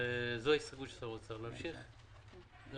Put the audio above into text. וזו ההסתייגות של שר האוצר - להמשיך